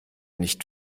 nicht